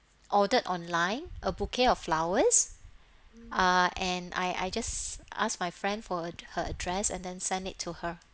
ordered online a bouquet of flowers ah and I I just ask my friend for a her address and then send it to her